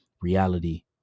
reality